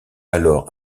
alors